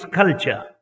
culture